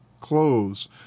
clothes